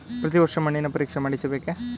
ಪ್ರತಿ ವರ್ಷ ಮಣ್ಣಿನ ಪರೀಕ್ಷೆ ಮಾಡಿಸಬೇಕೇ?